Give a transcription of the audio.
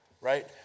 right